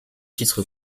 titres